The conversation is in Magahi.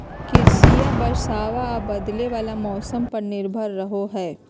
कृषिया बरसाबा आ बदले वाला मौसम्मा पर निर्भर रहो हई